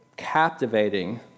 captivating